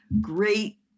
great